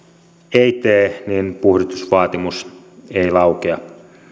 ei tee niin puhdistusvaatimus ei laukea